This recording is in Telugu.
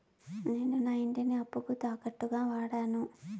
నేను నా ఇంటిని అప్పుకి తాకట్టుగా వాడాను